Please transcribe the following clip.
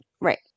Right